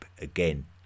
again